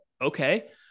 okay